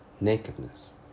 nakedness